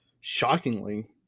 Shockingly